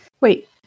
Wait